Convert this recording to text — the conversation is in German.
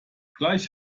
gleich